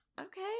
Okay